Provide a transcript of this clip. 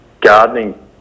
Gardening